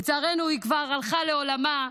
לצערנו היא כבר הלכה לעולמה.